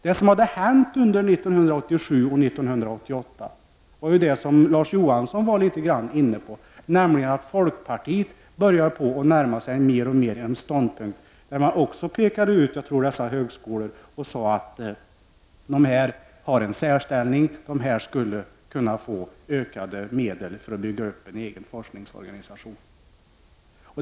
Vad som hade hänt under 1987 och 1988 — Larz Johansson var inne på detta — var att folkpartiet mer och mer började närma sig den ståndpunkten att man pekade ut dessa högskolor och ville ge dem en särställning. De skulle kunna få ökade medel för att bygga upp egen forskningsorganisation.